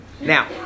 now